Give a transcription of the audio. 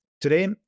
Today